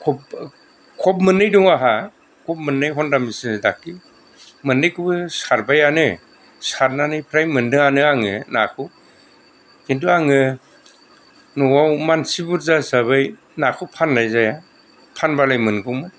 खब खब मोननै दं आंहा खब मोननै हन्डा मेशिनजों दाखालि मोननैखौबो सारबायानो सारनानै फ्राय मोनदोंआनो आङो नाखौ खिन्तु आङो न'आव मानसि बुरजा हिसाबै नाखौ फाननाय जाया फानबालाय मोनगौमोन